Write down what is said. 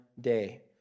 day